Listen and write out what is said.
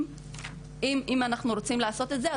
אם אנחנו רוצים לעשות את זה,